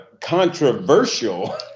controversial